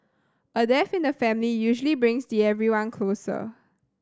a death in the family usually brings the everyone closer